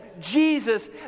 Jesus